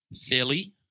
Philly